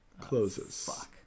closes